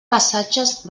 passatges